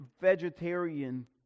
vegetarian